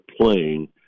playing